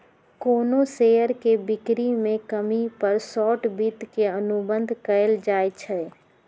कोनो शेयर के बिक्री में कमी पर शॉर्ट वित्त के अनुबंध कएल जाई छई